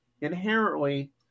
inherently